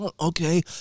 okay